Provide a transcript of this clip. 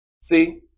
See